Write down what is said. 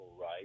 right